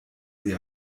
sie